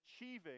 achieving